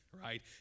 right